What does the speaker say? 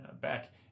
back